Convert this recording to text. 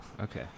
Okay